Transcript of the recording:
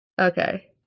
Okay